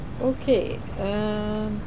Okay